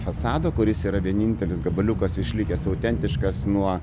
fasado kuris yra vienintelis gabaliukas išlikęs autentiškas nuo